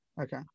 Okay